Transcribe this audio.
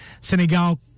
Senegal